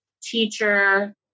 teacher